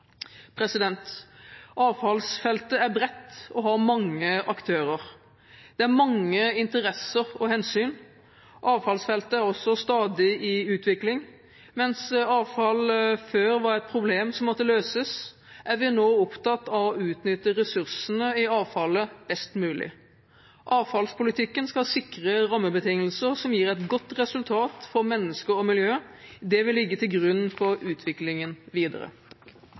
Avfallsfeltet er bredt og har mange aktører. Det er mange interesser og hensyn. Avfallsfeltet er også stadig i utvikling. Mens avfall før var et problem som måtte løses, er vi nå opptatt av å utnytte ressursene i avfallet best mulig. Avfallspolitikken skal sikre rammebetingelser som gir et godt resultat for mennesker og miljø. Det vil ligge til grunn for utviklingen videre.